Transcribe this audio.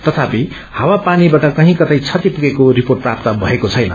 तथापि ह्यवा पानीबाट कझी कतै क्षति पुगेको रिपोर्ट प्राप्त भएको छैन